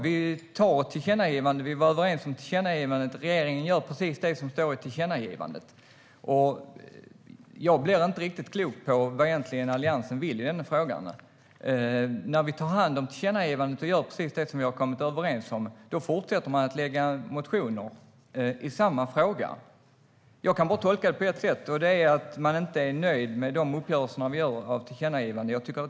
Vi var överens om tillkännagivandet. Regeringen gör precis det som står i tillkännagivandet. Jag blir inte riktigt klok på vad Alliansen egentligen vill. Trots att vi har tagit emot tillkännagivandet och gör precis som vi kom överens fortsätter man att väcka motioner i samma fråga. Jag kan bara tolka det på ett sätt, nämligen som att man inte är nöjd med de uppgörelser vi har om tillkännagivandet.